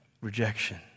rejection